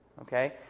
Okay